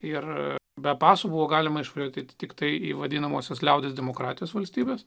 ir be pasų buvo galima iškratyti tiktai į vadinamuosius liaudies demokratijos valstybes